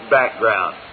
background